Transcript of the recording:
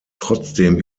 trotzdem